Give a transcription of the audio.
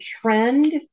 trend